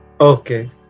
Okay